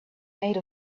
made